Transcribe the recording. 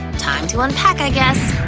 time to unpack, i guess!